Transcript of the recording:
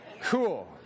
Cool